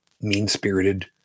mean-spirited